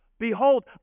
Behold